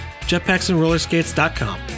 JetPacksAndRollerskates.com